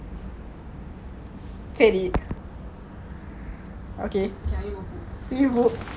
சேரி பரவலா நான் அபிராம போகிறான் ஒன்னும் பிரச்னை இல்ல:seri paravala naan aprama poikiran onum prechana illa